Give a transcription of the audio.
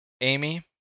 Amy